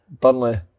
Burnley